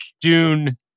Dune